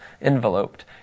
enveloped